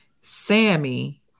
Sammy